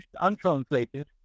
untranslated